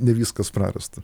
ne viskas prarasta